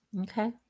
Okay